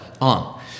on